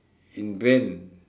invent